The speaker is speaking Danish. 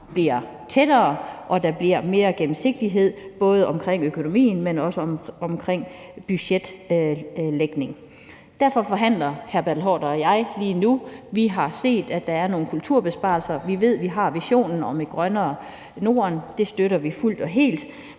bliver tættere, og at der bliver mere gennemsigtighed, både omkring økonomien, men også omkring budgetlægningen. Derfor forhandler hr. Bertel Haarder og jeg lige nu. Vi har set, at der er nogle kulturbesparelser. Vi ved, at vi har visionen om et grønnere Norden, og det støtter vi fuldt og helt,